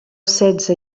setze